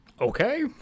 Okay